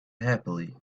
happily